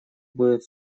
будет